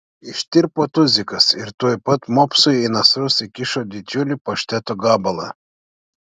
ištirpo tuzikas ir tuoj pat mopsui į nasrus įkišo didžiulį pašteto gabalą